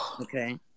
Okay